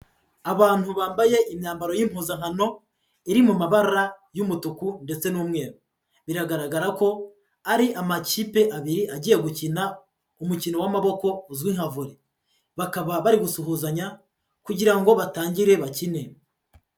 Abantu bambaye imyambaro y'impuzankano iri mu mabara y'umutuku ndetse n'umweru, biragaragara ko ari amakipe abiri agiye gukina, umukino w'amaboko uzwi nka Volly, bakaba bari gusuhuzanya kugira ngo batangire bakine.